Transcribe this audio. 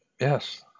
Yes